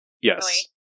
Yes